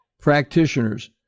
practitioners